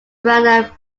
around